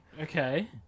Okay